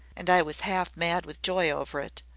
and i was half mad with joy over it,